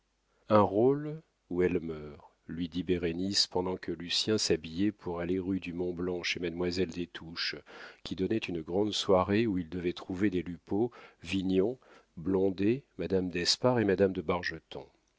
un rôle ou elle meurt lui dit bérénice pendant que lucien s'habillait pour aller rue du mont-blanc chez mademoiselle des touches qui donnait une grande soirée où il devait trouver des lupeaulx vignon blondet madame d'espard et madame de